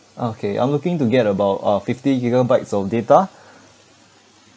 okay I'm looking to get about uh fifty gigabytes of data